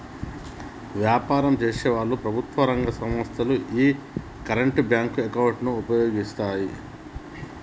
వ్యాపారం చేసేవాళ్ళు, ప్రభుత్వం రంగ సంస్ధలు యీ కరెంట్ బ్యేంకు అకౌంట్ ను వుపయోగిత్తాయి